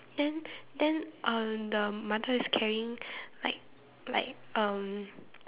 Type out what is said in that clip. then then um the mother is carrying like like um